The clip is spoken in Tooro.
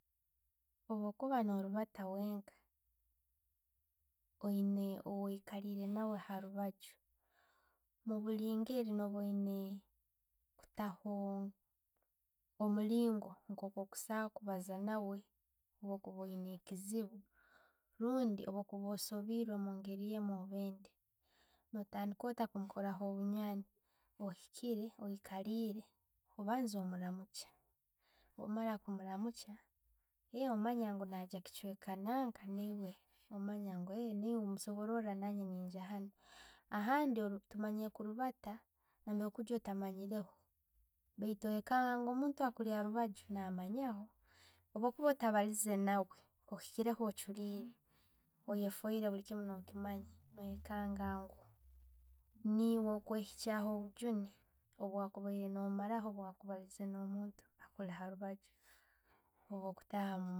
Obwokuuba no'ribaata wenka, oyine ogwo yikariile naawe harubaju, mubulingeeri oyine kutaho omulingo nkoku kusoboora kubaaza naawe bwokuba oyina e'kizibbu rundi bwo kuba osobwiire mungiire emmu orba endi. Notandika otta kumukoraho obunywani, oyikire, oyikaliire, obanza omuramukya, omara kumuramukya, eiiwe wamanya nagya kichweka nanka, omanya, nomusobora nanye ne ngya hannu. Ahandi tumanyire okulibaata okujja ottamanyireho bwaitu no'wekanga ngu omuntu akwikaliire arubajju na manyahoo. Obwokuba ottabaliirize naawe, ohikireho ochuleire, oyofoiire ngu bulikiimu no'kimanya wekanga ngu niiwee okweyiikyayo obujuune obwokubaireye no'maraho bokubabaliize no'muntu akuli harubaju obwokutahamu.